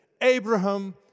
Abraham